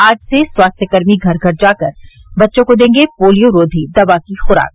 आज से स्वास्थ्य कर्मी घर घर जाकर बच्चों को देंगे पोलियोरोधी दवा की खुराक